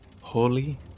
Holy